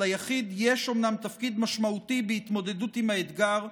ליחיד יש אומנם תפקיד משמעותי בהתמודדות עם האתגר,